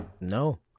No